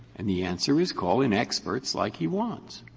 and the answer is call in experts like he wants.